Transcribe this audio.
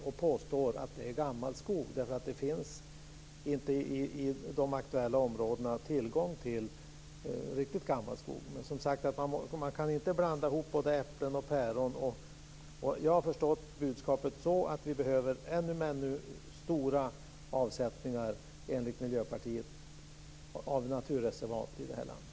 Man påstår att det är gammal skog, eftersom det i de aktuella områdena inte finns tillgång riktigt gammal skog. Man kan inte blanda äpplen och päron. Jag har förstått budskapet som att vi enligt Miljöpartiet behöver ännu fler stora avsättningar av naturreservat i detta land.